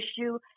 issue